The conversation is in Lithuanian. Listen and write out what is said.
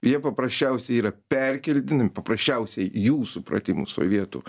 jie paprasčiausiai yra perkeldinami paprasčiausiai jų supratimu sovietų